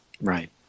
Right